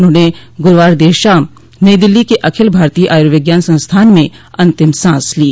उन्होंने गुरूवार देर शाम नई दिल्ली के अखिल भारतीय आयुर्विज्ञान संस्थान में अन्तिम सांस ली